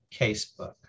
Casebook